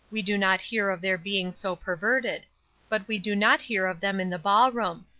we do not hear of their being so perverted but we do not hear of them in the ball-room.